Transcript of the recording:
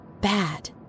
bad